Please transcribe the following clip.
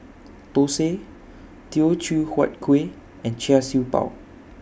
Dosa Teochew Huat Kuih and Char Siew Bao